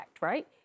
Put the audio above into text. right